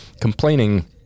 complaining